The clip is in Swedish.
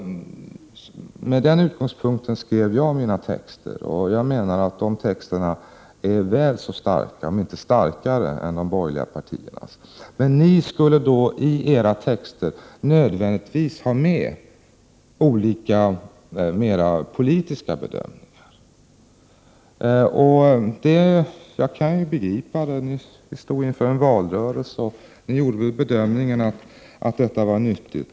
Med den utgångspunkten skrev jag mina texter, och jag menar att de är väl så starka, ja, kanske starkare än de borgerligas. Ni skulle i era texter nödvändigtvis ha med olika mera politiska bedömningar. Jag kan begripa det. Vi stod ju inför valrörelsen. Ni gjorde väl bedömningen att det var nyttigt.